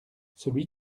celui